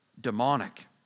demonic